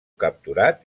capturat